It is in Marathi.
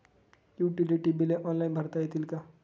युटिलिटी बिले ऑनलाईन भरता येतील का?